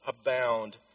abound